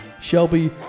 Shelby